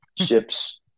ships